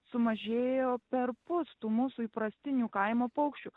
sumažėjo perpus tų mūsų įprastinių kaimo paukščių